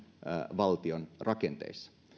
valtion rakenteissa